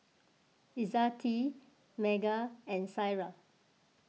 Izzati Megat and Syirah